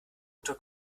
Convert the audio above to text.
unter